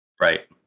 right